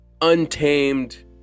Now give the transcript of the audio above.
untamed